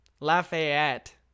Lafayette